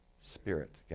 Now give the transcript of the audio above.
Spirit